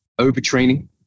Overtraining